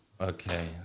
okay